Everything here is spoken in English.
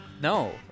No